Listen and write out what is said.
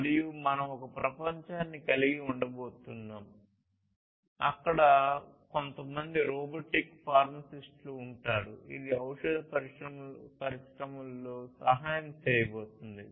మరియు మనం ఒక ప్రపంచాన్ని కలిగి ఉండబోతున్నాము అక్కడ కొంతమంది రోబోటిక్ ఫార్మసిస్ట్లు ఉంటారు ఇది ఔషధ పరిశ్రమలో సహాయం చేయబోతోంది